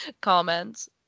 comments